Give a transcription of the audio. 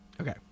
Okay